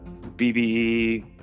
BBE